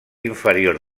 inferior